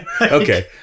Okay